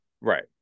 right